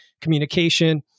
communication